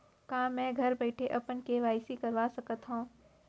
का मैं घर बइठे अपन के.वाई.सी करवा सकत हव?